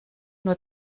nur